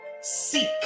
seek